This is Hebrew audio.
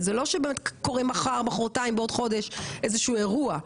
זה לא שבאמת קורה מחר מחרתיים בעוד חודש איזשהו אירוע,